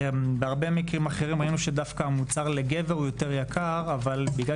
בהרבה מקרים אחרים ראינו שדווקא המוצר לגבר יותר יקר אבל בגלל